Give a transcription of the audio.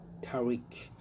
Tariq